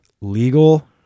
legal